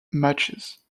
matches